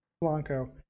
Blanco